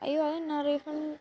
അയ്യോ അതെന്നാ റീഫണ്ട്